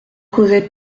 causait